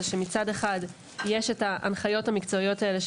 זה שמצד אחד יש את ההנחיות המקצועיות האלה,